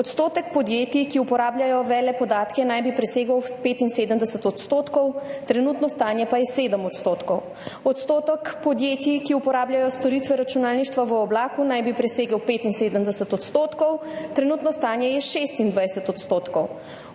odstotek podjetij, ki uporabljajo velepodatke, naj bi presegel 75 %, trenutno stanje pa je 7 %; odstotek podjetij, ki uporabljajo storitve računalništva v oblaku, naj bi presegel 75 %, trenutno stanje je 26 %; odstotek